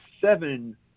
seven